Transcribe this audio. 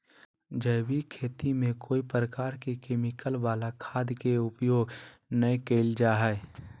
जैविक खेती में कोय प्रकार के केमिकल वला खाद के उपयोग नै करल जा हई